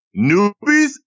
Newbies